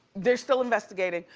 they're still investigating,